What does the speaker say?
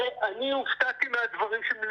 אני הופתעתי מהדברים על